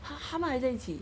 !huh! 他们还在一起